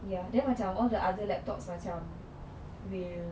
ya then macam all the other laptops macam will